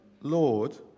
Lord